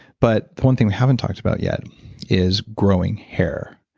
but one thing we haven't talked about yet is growing hair.